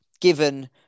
given